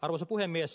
arvoisa puhemies